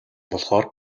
болохоор